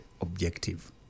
objective